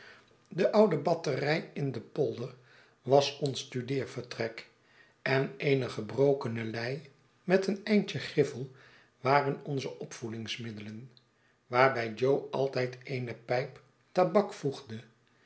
de oude batterij in den polder was ons studeervertrek en eene gebrokene lei met een eindje griffel waren onze opvoedingsmiddelen waarbij jo altijd eene pijp tabak voegde